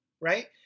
right